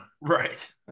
Right